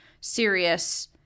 serious